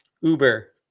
Uber